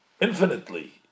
infinitely